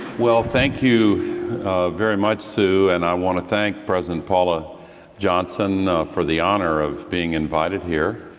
well, thank you very much, sue, and i want to thank president paula johnson for the honor of being invited here.